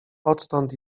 odtąd